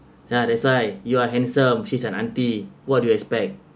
ya that's why you are handsome she's an auntie what do you expect